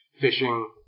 fishing